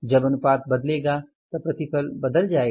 जब अनुपात बदलेगा तब प्रतिफल बदल जाएगी